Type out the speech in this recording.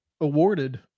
awarded